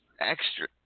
Extra